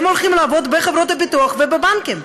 הם הולכים לעבוד בחברות הביטוח ובבנקים,